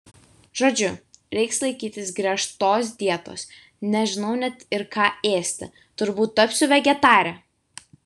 žodžiu reiks laikytis griežtos dietos nežinau net ir ką ėsti turbūt tapsiu vegetare